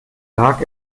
lag